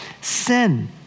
sin